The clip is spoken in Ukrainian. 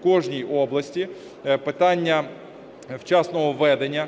в кожній області, питання вчасного введення